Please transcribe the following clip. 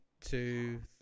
two